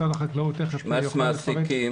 משרד החקלאות תיכף --- מס מעסיקים